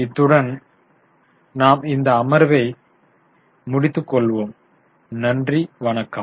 இத்துடன் நாம் இந்த அமர்வை முடித்து கொள்வோம் நன்றி வணக்கம்